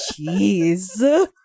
jeez